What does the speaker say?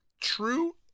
true